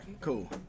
Cool